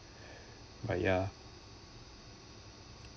ya